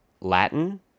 Latin